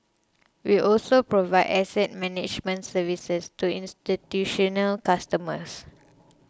we also provide asset management services to institutional customers